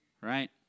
Right